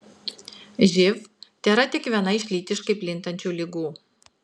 živ tėra tik viena iš lytiškai plintančių ligų